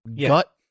gut